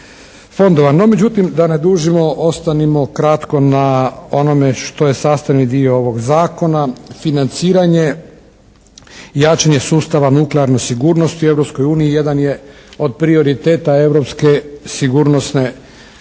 fondova. No međutim da ne dužimo, ostanimo kratko na onome što je sastavni dio ovog zakona, financiranje, jačanje sustava nuklearne sigurnosti u Europskoj uniji jedan je od prioriteta